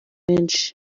menshi